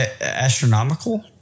Astronomical